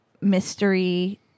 mystery